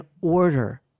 order